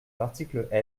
l’article